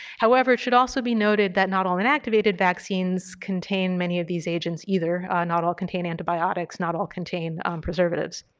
however, it should also be noted that not all inactivated vaccines contain many of these agents either, not all contain antibiotics, not all contain preservatives.